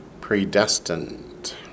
predestined